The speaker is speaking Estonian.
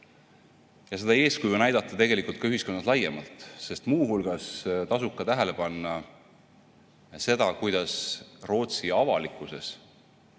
seda eeskuju näidata tegelikult ka ühiskonnas laiemalt. Sest muu hulgas tasub tähele panna seda, kuidas Rootsi avalikkuses